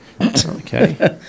Okay